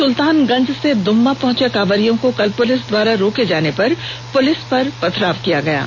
सुल्तानगंज से दुम्मा पहुंचे कांवरियों को कल पुलिस द्वारा रोके जाने पर पुलिस पर पथराव किया गया था